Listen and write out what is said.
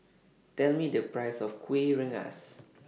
Tell Me The Price of Kuih Rengas